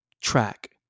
track